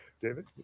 David